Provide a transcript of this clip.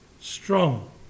strong